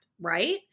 right